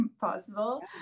possible